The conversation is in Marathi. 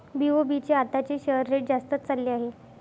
बी.ओ.बी चे आताचे शेअर रेट जास्तच चालले आहे